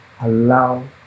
allow